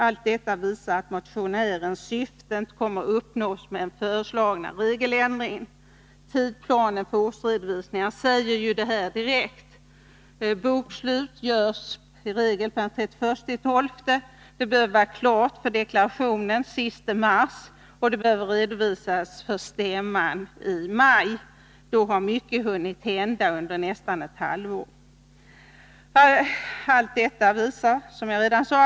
Allt detta visar att motionärens syfte inte kommer att uppnås med den föreslagna regeländringen. Tidsplanen för årsredovisningen visar det direkt. Bokslut görs i regel per den 31 december. Det bör vara klart för deklaration den sista mars och redovisas för stämman i maj. Mycket har hunnit hända under nästan ett halvår.